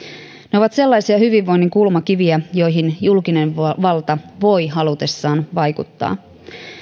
ne ovat sellaisia hyvinvoinnin kulmakiviä joihin julkinen valta voi halutessaan vaikuttaa